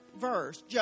verse